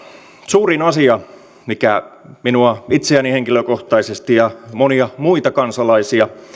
suurin asia mikä minua itseäni henkilökohtaisesti ja monia muita kansalaisia